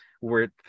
worth